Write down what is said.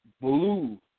blue